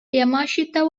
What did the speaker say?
yamashita